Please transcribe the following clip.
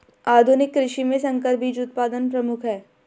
आधुनिक कृषि में संकर बीज उत्पादन प्रमुख है